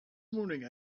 morning